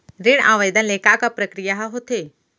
ऋण आवेदन ले के का का प्रक्रिया ह होथे?